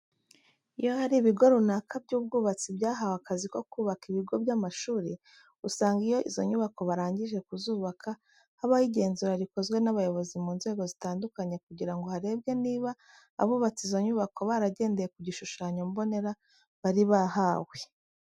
Iyo hari ibigo runaka by'ubwubatsi byahawe akazi ko kubaka ibigo by'amashuri, usanga iyo izo nyubako barangije kuzubaka habaho igenzurwa rikozwe n'abayobozi mu nzego zitandukanye kugira ngo harebwe niba abubatse izo nyubako baragendeye ku gishushanyo mbonera bari bahawe.